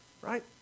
right